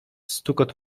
stukot